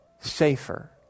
safer